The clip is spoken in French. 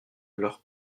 leur